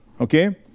Okay